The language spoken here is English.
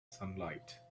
sunlight